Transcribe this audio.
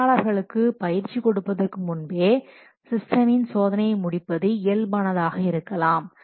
பயனாளர்களுக்கு பயிற்சி கொடுப்பதற்கு முன்பே சிஸ்டமின் சோதனையை முடிப்பது இயல்பானதாக இருக்கலாம்